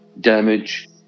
damage